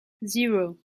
zero